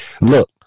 look